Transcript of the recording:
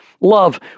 Love